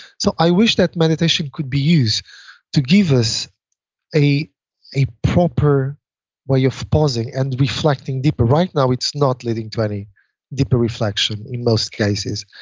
so i wish that meditation could be used to give us a a proper way of pausing and reflecting deeper. right now, it's not leading to any deeper reflection in most cases.